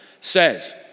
says